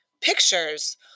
pictures